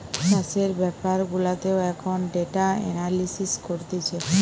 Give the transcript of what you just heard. চাষের বেপার গুলাতেও এখন ডেটা এনালিসিস করতিছে